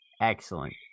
Excellent